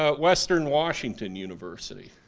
ah western washington university.